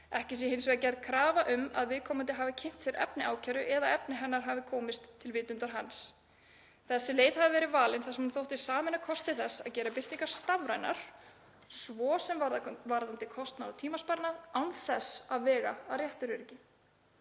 Ekki sé hins vegar gerð krafa um að viðkomandi hafi kynnt sér efni ákæru eða að efni hennar hafi komist til vitundar hans. Þessi leið hafi verið valin þar sem hún þótti sameina kosti þess að gera birtingar stafrænar, svo sem varðandi kostnað og tímasparnað, án þess að vega að réttaröryggi.